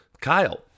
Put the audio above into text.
Kyle